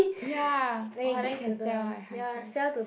ya all of that can sell one if I cry